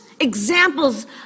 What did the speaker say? Examples